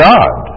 God